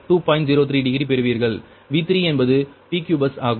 03 degree பெறுவீர்கள் V3 என்பது PQ bus ஆகும்